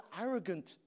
arrogant